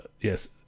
yes